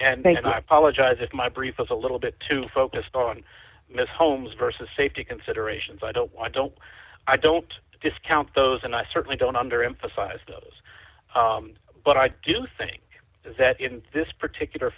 then i apologize if my brief is a little bit too focused on ms holmes versus safety considerations i don't why don't i don't discount those and i certainly don't under emphasize those but i do think that in this particular